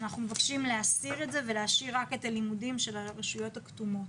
אנחנו מבקשים להסיר את זה ולהשאיר רק את הלימודים של הרשויות הכתומות.